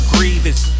Grievous